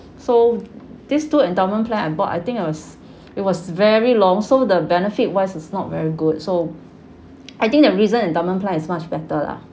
so these two endowment plan I bought I think I was it was very long so the benefit wise is not very good so I think the recent endowment is much better lah